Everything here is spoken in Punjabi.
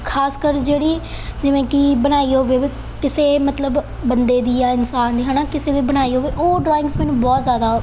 ਖਾਸਕਰ ਜਿਹੜੀ ਜਿਵੇਂ ਕਿ ਬਣਾਈ ਹੋਵੇ ਕਿਸੇ ਮਤਲਬ ਬੰਦੇ ਦੀ ਜਾਂ ਇਨਸਾਨ ਦੀ ਹੈ ਨਾ ਕਿਸੇ ਨੇ ਬਣਾਈ ਹੋਵੇ ਉਹ ਡਰੋਇੰਗਸ ਮੈਨੂੰ ਬਹੁਤ ਜ਼ਿਆਦਾ